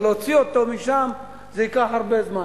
ולהוציא אותו משם ייקח הרבה זמן.